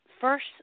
first